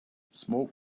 smoke